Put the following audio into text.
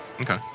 Okay